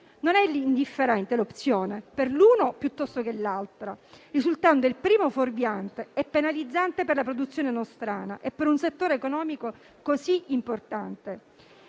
non è indifferente l'opzione per l'uno o per l'altra, risultando il primo fuorviante e penalizzante per la produzione nostrana e per un settore economico così importante.